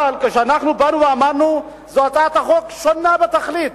אבל כשאנחנו באנו ואמרנו שזאת הצעת חוק שונה בתכלית,